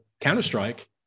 Counter-Strike